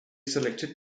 selected